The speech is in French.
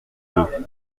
vingt